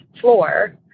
floor